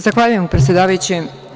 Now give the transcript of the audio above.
Zahvaljujem predsedavajući.